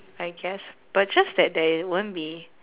I guess but just that there won't be